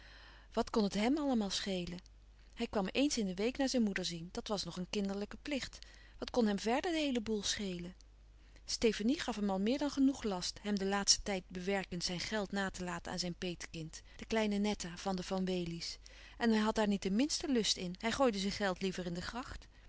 wàt kon het hem allemaal schelen hij kwam eens in de week naar zijn moeder zien dat was nog een kinderlijke plicht wat kon hem verder de heele boel schelen stefanie gaf hem al meer dan genoeg last hem den laatsten tijd bewerkend zijn louis couperus van oude menschen de dingen die voorbij gaan geld na te laten aan zijn petekind de kleine netta van de van wely's en hij had daar niet de minste lust in hij gooide zijn geld liever in de gracht